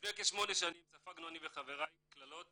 לפני כשמונה שנים ספגנו אני וחבריי קללות